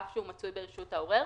אף שהוא מצוי ברשות העורר,